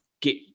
get